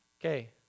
Okay